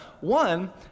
One